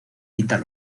pintar